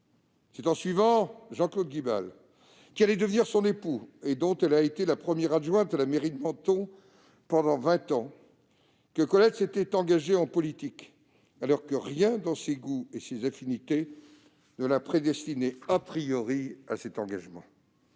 C'est en suivant Jean-Claude Guibal, qui allait devenir son époux et dont elle a été la première adjointe à la mairie de Menton pendant vingt ans, que Colette s'était engagée en politique, alors que rien, dans ses goûts et ses affinités, ne la prédestinait à cet engagement.